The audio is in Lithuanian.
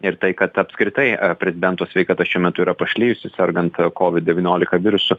ir tai kad apskritai prezidento sveikata šiuo metu yra pašlijusi sergant covid devyniolika virusu